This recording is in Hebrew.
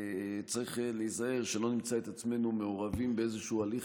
צריך להיזהר שלא נמצא את עצמנו מעורבים באיזשהו הליך